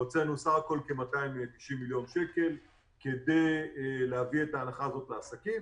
הוצאנו בסך הכול כ-290 מיליון שקל כדי להביא את ההנחה הזאת לעסקים.